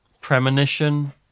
Premonition